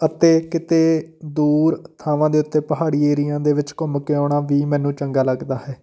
ਅਤੇ ਕਿਤੇ ਦੂਰ ਥਾਵਾਂ ਦੇ ਉੱਤੇ ਪਹਾੜੀ ਏਰੀਆ ਘੁੰਮ ਕੇ ਆਉਣਾ ਵੀ ਮੈਨੂੰ ਚੰਗਾ ਲੱਗਦਾ ਹੈ